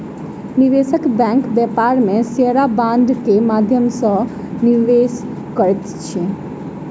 निवेशक बैंक व्यापार में शेयर आ बांड के माध्यम सॅ निवेश करैत अछि